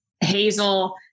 Hazel